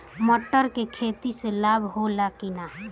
मटर के खेती से लाभ होला कि न?